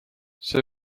see